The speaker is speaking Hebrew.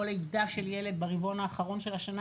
או לידה של ילד ברבעון האחרון של השנה